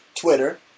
Twitter